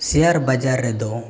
share ᱵᱟᱡᱟᱨ ᱨᱮᱫᱚ